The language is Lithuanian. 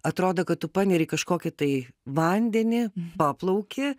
atrodo kad tu paneri į kažkokį tai vandenį paplauki